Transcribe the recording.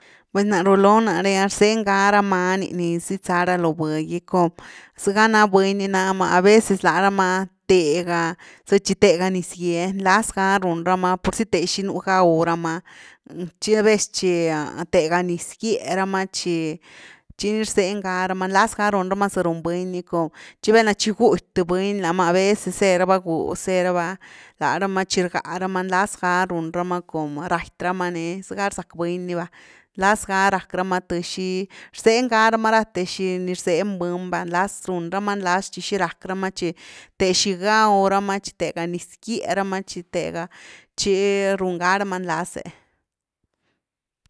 Pues ná rulo nare, rzeny ga ra many ni ziedza ra lovhë gy comzega na buny ni náma, a veces larama ah, thega, za tchi tega niz gye nlaz ga run rama purzy tega xi nú gaw rama, tchi a ves tchi tehga niz gie rama tchi, tchi rzeny garama laz ga run rama za run buny, tchi valna tchi guty th buny lama a veces ze raba gúz ze raba, lá rama tchi rgá rama nlaz ga run rama, com raty rama ny, zaga rzack buny ni va, nlaz ga rack rama th shi, rzeny ga rama rathe zy ni rzeny buny va, nlazrun rama nlaz tchi xirack rama tchi te xi gaw ramatchi tega niz gye rama thci-tchí run ga rama nlaz’e.